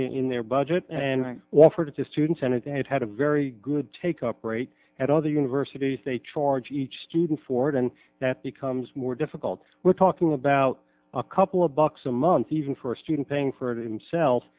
in their budget and offer to students and if they have had a very good take up rate at other universities they charge each student for it and that becomes more difficult we're talking about a couple of bucks a month even for a student paying for it himself